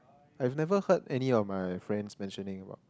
I've never heard any of my friends mentioning about